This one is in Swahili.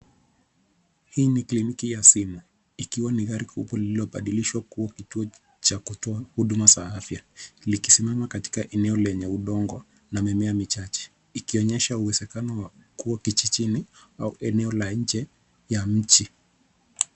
Hii ni kliniki ya simu, ikiwa ni gari kubwa lililobadilishwa kuwa kituo cha kutoa huduma za afya, likisimama katika eneo lenye udongo na mimea michache, ikionyesha uwezekano wa kuwa kijijini au eneo la nje ya mji.